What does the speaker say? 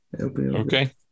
Okay